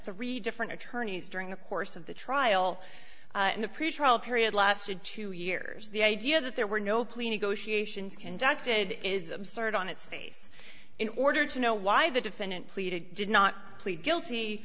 three different attorneys during the course of the trial and the pretrial period lasted two years the idea that there were no plea negotiations conducted is absurd on its face in order to know why the defendant pleaded did not plead guilty